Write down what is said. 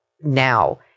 now